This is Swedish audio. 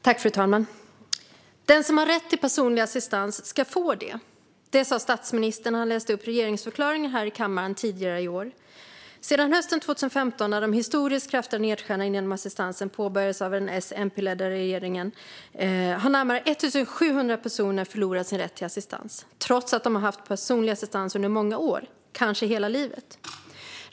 Fru talman! Den som har rätt till personlig assistans ska få det. Det sa statsministern när han läste upp regeringsförklaringen här i kammaren tidigare i år. Sedan hösten 2015 när de historiskt kraftiga nedskärningarna inom assistansen påbörjades av den S-MP-ledda regeringen har närmare 1 700 personer förlorat sin rätt till assistans trots att de har haft personlig assistans under många år och kanske hela livet.